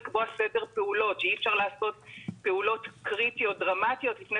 לקבוע סדר פעולות - שאי אפשר לעשות פעולות קריטיות ודרמטיות לפני